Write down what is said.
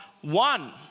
one